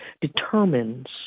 determines